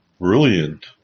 brilliant